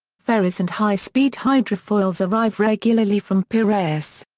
ferries and high-speed hydrofoils arrive regularly from piraeus.